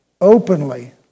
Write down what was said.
openly